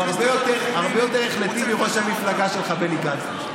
הוא הרבה יותר החלטי מראש המפלגה שלך, בני גנץ.